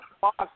Fox